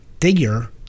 figure